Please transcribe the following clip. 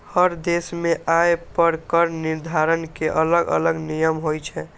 हर देश मे आय पर कर निर्धारण के अलग अलग नियम होइ छै